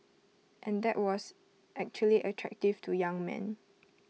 and that was actually attractive to young men